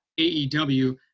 AEW